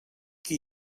qui